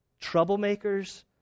troublemakers